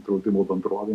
draudimo bendrovėm